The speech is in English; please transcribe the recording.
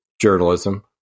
Journalism